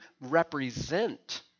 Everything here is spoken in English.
represent